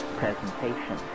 presentation